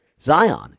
Zion